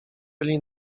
byli